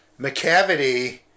McCavity